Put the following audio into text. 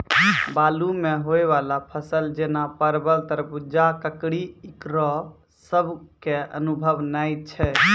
बालू मे होय वाला फसल जैना परबल, तरबूज, ककड़ी ईकरो सब के अनुभव नेय छै?